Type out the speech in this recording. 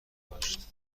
داشت